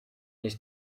his